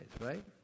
right